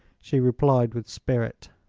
she replied, with spirit.